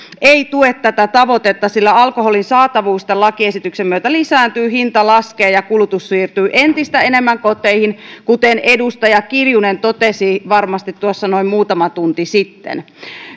ei tue tätä tavoitetta sillä alkoholin saatavuus tämän lakiesityksen myötä lisääntyy hinta laskee ja kulutus siirtyy entistä enemmän koteihin kuten edustaja kiljunen totesi varmasti tuossa noin muutama tunti sitten